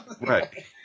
Right